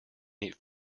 eat